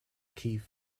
keith